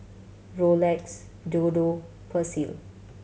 Rolex Dodo Persil